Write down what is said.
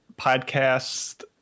podcast